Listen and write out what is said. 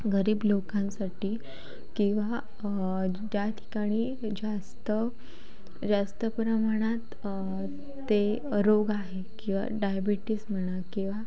गरीब लोकांसाठी किंवा ज्या ठिकाणी जास्त जास्त प्रमाणात ते रोग आहे किंवा डायबेटीस म्हणा किंवा